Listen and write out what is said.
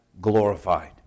glorified